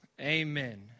amen